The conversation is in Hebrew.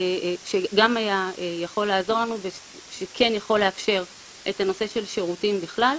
שגם היה יכול לעזור לנו ושכן יכול לאפשר את הנושא של שירותים בכלל,